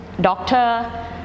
doctor